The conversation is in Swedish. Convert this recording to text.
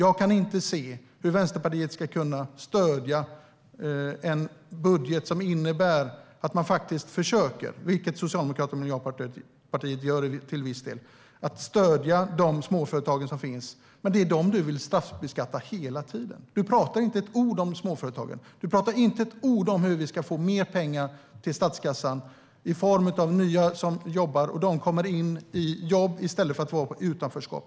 Jag kan inte se hur Vänsterpartiet ska kunna stödja en budget som innebär att man faktiskt, som Socialdemokraterna och Miljöpartiet till viss del gör, försöker stödja de småföretag som finns när det är dem du hela tiden vill straffbeskatta. Du säger inte ett ord om småföretagen. Du säger inte ett ord om hur vi ska få mer pengar till statskassan i form av nya människor som kommer in i jobb i stället för att vara i utanförskap.